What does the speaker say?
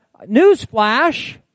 newsflash